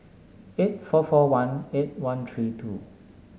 eight four four one eight one three two